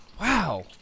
Wow